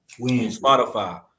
Spotify